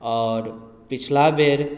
आओर पछिला बेर